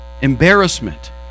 Embarrassment